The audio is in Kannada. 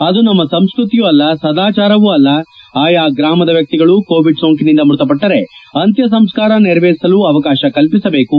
ಅದು ನಮ್ಮ ಸಂಸ್ಕತಿಯೂ ಅಲ್ಲ ಸದಾಚಾರವೂ ಅಲ್ಲ ಆಯಾ ಗ್ರಾಮದ ವ್ಯಕ್ತಿಗಳು ಕೋವಿಡ್ ಸೋಂಕಿನಿಂದ ಮೃತಪಟ್ಟರೆ ಅಂತ್ಯ ಸಂಸ್ಥಾರ ನೆರವೇರಿಸಲು ಅವಕಾಶ ಕಲ್ಪಿಸಬೇಕು